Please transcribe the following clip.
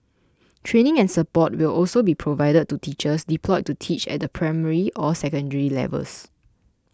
training and support will also be provided to teachers deployed to teach at the primary or secondary levels